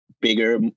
bigger